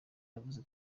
yavuze